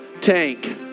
tank